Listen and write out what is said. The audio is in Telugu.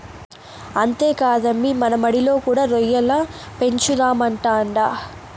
అంతేకాదమ్మీ మన మడిలో కూడా రొయ్యల పెంచుదామంటాండా